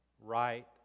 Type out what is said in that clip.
right